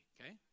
okay